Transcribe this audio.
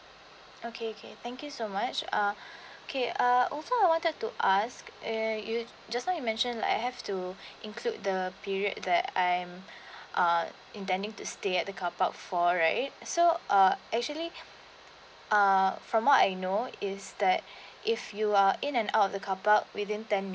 okay okay thank you so much uh okay uh also I wanted to ask you just now you mentioned like I have to include the period that I am uh intending to stay at the carpark for right so uh actually uh from what I know is that if you are in and out of the carpark within ten